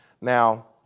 Now